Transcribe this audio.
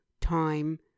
time